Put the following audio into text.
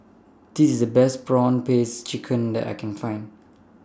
This IS The Best Prawn Paste Chicken that I Can Find